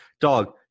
Dog